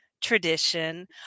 tradition